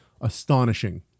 astonishing